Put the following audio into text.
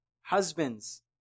Husbands